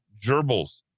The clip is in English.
gerbils